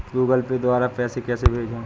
Google Pay द्वारा पैसे कैसे भेजें?